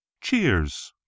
Cheers